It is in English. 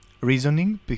reasoning